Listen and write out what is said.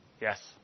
Yes